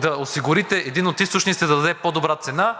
да осигурите един от източниците да даде по-добра цена,